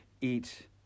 eat